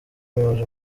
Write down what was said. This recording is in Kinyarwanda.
umuyobozi